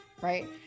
right